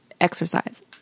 exercise